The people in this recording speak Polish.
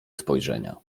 spojrzenia